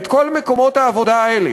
את כל מקומות העבודה האלה,